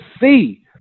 see